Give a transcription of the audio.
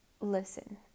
listen